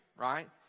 right